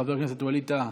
חבר הכנסת ווליד טאהא,